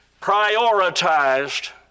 Prioritized